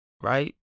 right